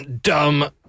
Dumb